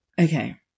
Okay